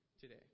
today